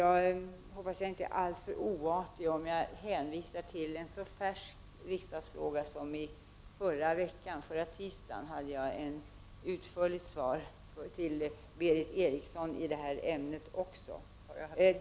Jag hoppas att jag inte är alltför oartig om jag hänvisar till en så färsk riksdagsfråga som den av Berith Eriksson i detta ämne som jag gav ett utförligt svar på förra tisdagen.